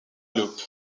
loup